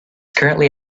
currently